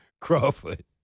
Crawford